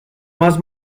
más